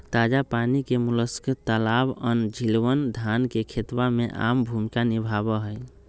ताजा पानी के मोलस्क तालाबअन, झीलवन, धान के खेतवा में आम भूमिका निभावा हई